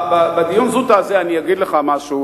בדיון זוטא הזה אני אגיד לך משהו,